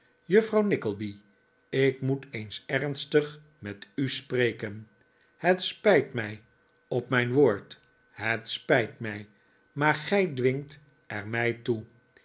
juffrouw nickleby ik moet eens ernstig met u spreken het spijt mij op mijn woord het spijt mij maar gij dwingt er mij toe